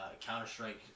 Counter-Strike